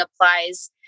applies